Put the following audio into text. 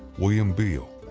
william beall,